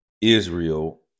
Israel